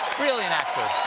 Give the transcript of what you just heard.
really an actor.